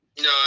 No